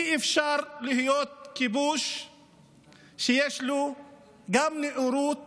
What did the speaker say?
אי-אפשר שיהיה כיבוש שיש לו גם נאורות